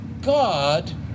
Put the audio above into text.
God